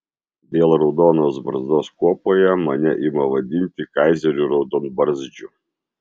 dėl raudonos barzdos kuopoje mane ima vadinti kaizeriu raudonbarzdžiu